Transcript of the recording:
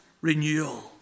renewal